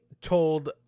told